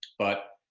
but,